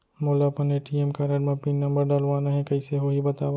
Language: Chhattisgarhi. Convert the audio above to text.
मोला अपन ए.टी.एम कारड म पिन नंबर डलवाना हे कइसे होही बतावव?